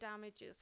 damages